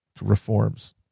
reforms